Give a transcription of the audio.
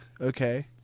okay